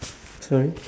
sorry